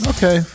Okay